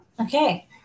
Okay